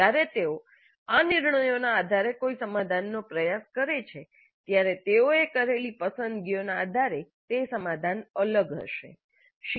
જ્યારે તેઓ આ નિર્ણયોના આધારે કોઈ સમાધાનનો પ્રયાસ કરે છે ત્યારે તેઓએ કરેલી પસંદગીઓના આધારે તે સમાધાન અલગ હશે